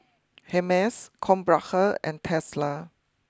Hermes Krombacher and Tesla